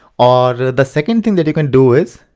or the second thing that you can do is,